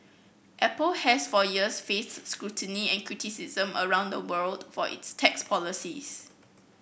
apple has for years faced scrutiny and criticism around the world for its tax policies